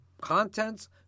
Contents